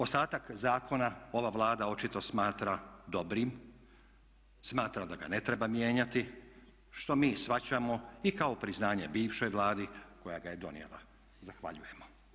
Ostatak zakona ova Vlada očito smatra dobrim, smatra da ga ne treba mijenjati što mi shvaćamo i kao priznanje bivšoj Vladi koja ga je donijela, zahvaljujemo.